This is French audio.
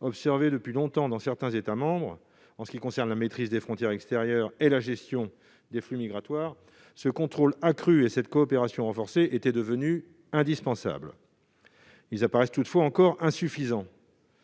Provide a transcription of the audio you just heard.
observés depuis longtemps dans certains États membres en ce qui concerne la maîtrise des frontières extérieures et la gestion des flux migratoires, ce contrôle accru et cette coopération renforcée étaient devenus indispensables. Cela paraît toutefois encore insuffisant.